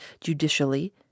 judicially